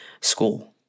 school